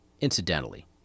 Incidentally